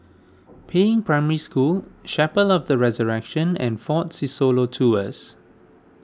Peiying Primary School Chapel of the Resurrection and fort Siloso Tours